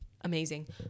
amazing